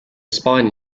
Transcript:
spine